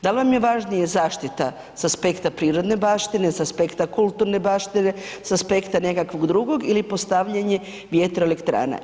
Da li vam je važnije zaštita s aspekta prirodne baštine, s aspekta kulturne baštine, s aspekta nekakvog drugog ili postavljanje vjetroelektrana?